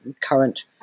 current